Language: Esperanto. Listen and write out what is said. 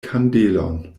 kandelon